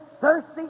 thirsty